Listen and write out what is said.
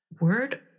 word